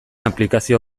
aplikazio